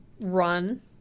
run